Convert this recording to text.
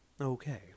okay